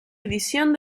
edición